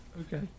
Okay